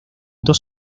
dos